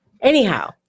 Anyhow